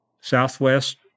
Southwest